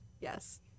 Yes